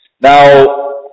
Now